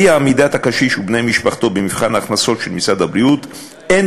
אי-עמידת הקשיש ובני-משפחתו במבחן ההכנסות של משרד הבריאות אין